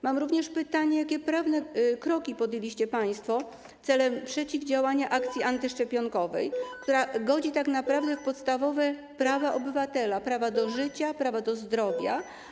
Mam również pytanie: Jakie prawne kroki podjęliście państwo celem przeciwdziałania akcji antyszczepionkowej, która godzi tak naprawdę w podstawowe prawa obywatela, prawa do życia, prawa do zdrowia?